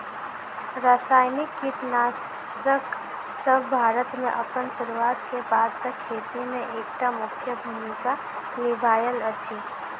रासायनिक कीटनासकसब भारत मे अप्पन सुरुआत क बाद सँ खेती मे एक टा मुख्य भूमिका निभायल अछि